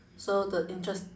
so the interest~